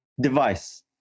device